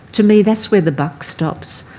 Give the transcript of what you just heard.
to me, that's where the buck stops.